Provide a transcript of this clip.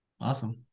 Awesome